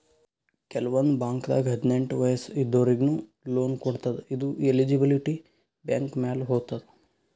ಕೆಲವಂದ್ ಬಾಂಕ್ದಾಗ್ ಹದ್ನೆಂಟ್ ವಯಸ್ಸ್ ಇದ್ದೋರಿಗ್ನು ಲೋನ್ ಕೊಡ್ತದ್ ಇದು ಎಲಿಜಿಬಿಲಿಟಿ ಬ್ಯಾಂಕ್ ಮ್ಯಾಲ್ ಹೊತದ್